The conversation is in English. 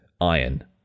iron